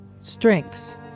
Strengths